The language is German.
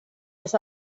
das